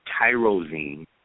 tyrosine